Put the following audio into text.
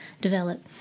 develop